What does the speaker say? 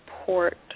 support